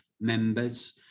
members